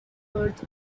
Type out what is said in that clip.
earth